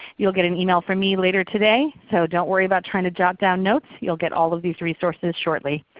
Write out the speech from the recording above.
you'll get an email from me later today so don't worry about trying to jot down notes. you'll get all of these resources shortly.